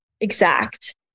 exact